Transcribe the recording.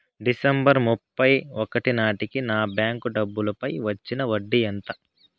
December ముప్పై ఒకటి నాటేకి నా బ్యాంకు డబ్బుల పై వచ్చిన వడ్డీ ఎంత?